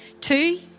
Two